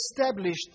established